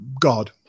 god